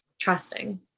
trusting